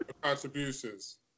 contributions